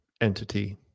entity